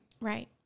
Right